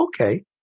okay